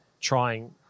trying